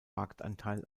marktanteil